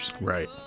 Right